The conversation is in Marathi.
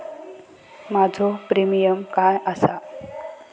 माझो प्रीमियम काय आसा?